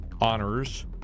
honors